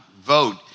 Vote